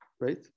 right